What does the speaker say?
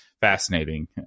fascinating